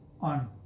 on